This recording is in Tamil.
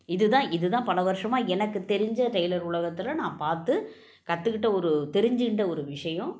இது தான் இது தான் பல வருஷமா எனக்குத் தெரிஞ்ச டெய்லர் உலகத்தில் நான் பார்த்து கற்றுக்கிட்ட ஒரு தெரிஞ்சுண்ட ஒரு விஷயம்